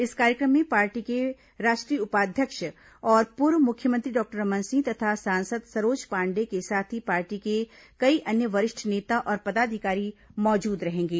इस कार्यक्रम में पार्टी के राष्ट्रीय उपाध्यक्ष और पूर्व मुख्यमंत्री डॉक्टर रमन सिंह तथा सांसद सरोज पांडेय के साथ ही पार्टी के कई अन्य वरिष्ठ नेता और पदाधिकारी मौजूद रहेंगे